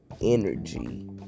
energy